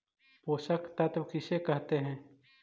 पोषक तत्त्व किसे कहते हैं?